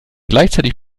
gleichzeitig